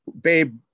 Babe